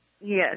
Yes